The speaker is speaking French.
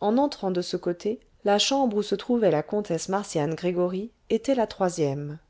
en entrant de ce côté la chambre où se trouvait la comtesse marcian gregoryi était la troisième